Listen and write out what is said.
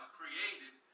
created